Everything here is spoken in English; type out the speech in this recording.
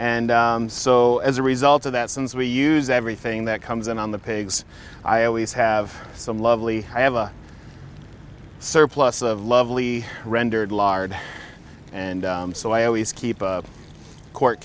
and so as a result of that since we use everything that comes in on the pigs i always have some lovely i have a surplus of lovely rendered lard and so i always keep a court